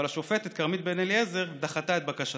אבל השופטת כרמית בן אליעזר דחתה את בקשתם.